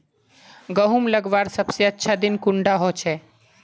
गहुम लगवार सबसे अच्छा दिन कुंडा होचे?